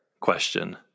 question